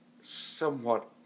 somewhat